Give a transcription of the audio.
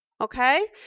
okay